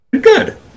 good